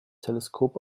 teleskop